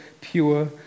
pure